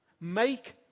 Make